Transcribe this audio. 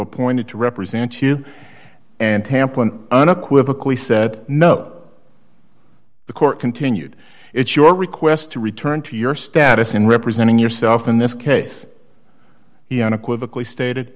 appointed to represent you and tampa an unequivocal he said no the court continued it's your request to return to your status in representing yourself in this case he unequivocal stated